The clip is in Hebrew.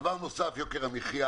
דבר שני, יוקר מחיה